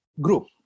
group